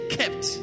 kept